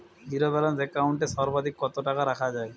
Zero balance account এ সর্বাধিক কত টাকা রাখা য়ায়?